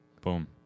Boom